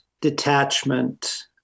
detachment